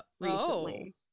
recently